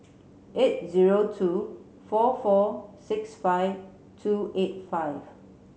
eight zero two four four six five two eight five